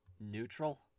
Neutral